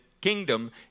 kingdom